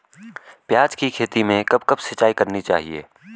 प्याज़ की खेती में कब कब सिंचाई करनी चाहिये?